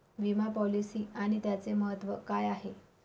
विमा पॉलिसी आणि त्याचे महत्व काय आहे?